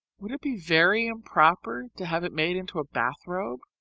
would it be very improper to have it made into a bath robe?